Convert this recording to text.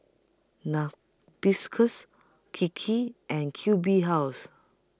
Narcissus Kiki and Q B House